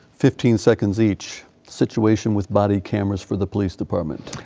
fifteen seconds each, situation with body cameras for the police department.